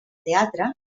teatre